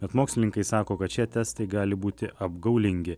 bet mokslininkai sako kad šie testai gali būti apgaulingi